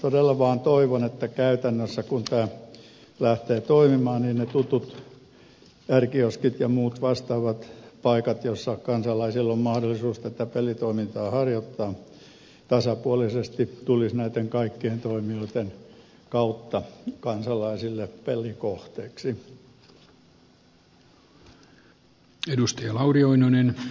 todella vain toivon että käytännössä kun tämä lähtee toimimaan ne tutut r kioskit ja muut vastaavat paikat joissa kansalaisilla on mahdollisuus tätä pelitoimintaa harjoittaa tasapuolisesti tulisivat näitten kaikkien toimijoitten kautta kansalaisille pelikohteiksi